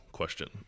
Question